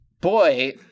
Boy